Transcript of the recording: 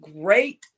great